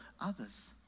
others